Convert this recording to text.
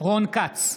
רון כץ,